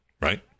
right